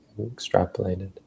extrapolated